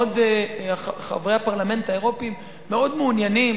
חברי הפרלמנט האירופים מאוד מעוניינים.